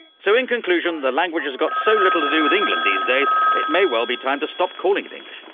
so in conclusion, the language has got so little to do with england these days it may well be time to stop calling things.